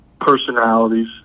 personalities